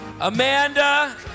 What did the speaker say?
Amanda